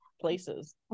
places